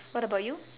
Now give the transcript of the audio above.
what about you